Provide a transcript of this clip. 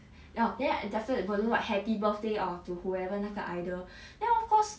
then orh definite balloon what happy birthday orh to whoever 那个 idol then of course